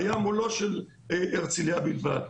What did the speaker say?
הים הוא לא של הרצליה בלבד.